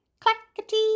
Clackety